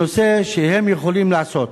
הנושא שהם יכולים לעשות,